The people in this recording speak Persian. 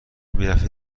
میرفتی